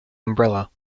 umbrella